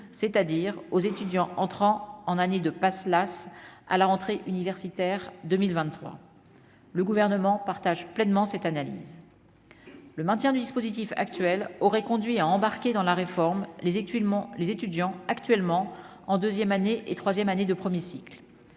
c'est-à-dire aux étudiants entrant en année de pas là à la rentrée universitaire 2023 le gouvernement partage pleinement cette analyse, le maintien du dispositif actuel aurait conduit à embarquer dans la réforme, les actuellement les étudiants actuellement en 2ème année et troisième année de 1er cycle